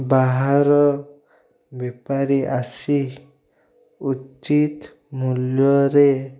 ବାହାର ବେପାରୀ ଆସି ଉଚିତ ମୂଲ୍ୟରେ